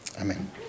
Amen